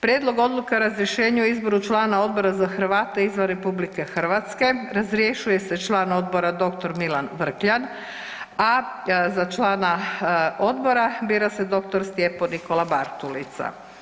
Prijedlog odluke o razrješenju i izboru člana odbora za Hrvate izvan RH razrješuje se član odbora dr. Milan Vrkljan a za člana odbora bira se dr. Stephen Nikola Bartulica.